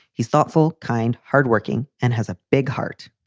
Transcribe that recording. he's thoughtful, kind, hardworking and has a big heart.